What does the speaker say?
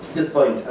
this point,